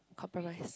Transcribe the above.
compromise